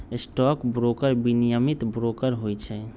stock broker विनियमित broker होइ छइ